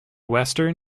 western